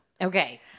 Okay